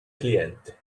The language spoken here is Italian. cliente